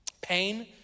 pain